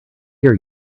hear